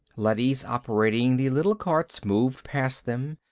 leadys operating the little carts moved past them,